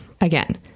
Again